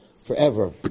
forever